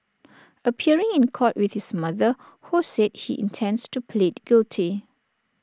appearing in court with his mother ho said he intends to plead guilty